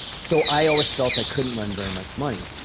so i always felt i couldn't run very much money.